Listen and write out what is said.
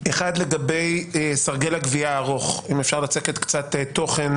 לגבי סרגל הגבייה הארוך, האם אפשר לצקת קצת תוכן